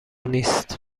نیست